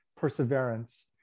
perseverance